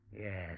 Yes